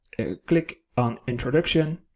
click on introduction,